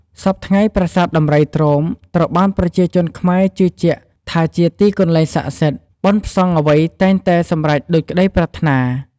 សព្វថ្ងៃប្រាសាទដំរីទ្រោម ត្រូវបានប្រជាជនខ្មែរជឿជាក់ថាជាទីកន្លែងស័ក្តិសិទ្ធ បន់ផ្សងអ្វីតែងតែសម្រេចដូចក្ដីប្រាថ្នា។